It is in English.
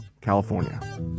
California